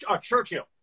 Churchill